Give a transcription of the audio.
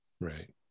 Right